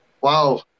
wow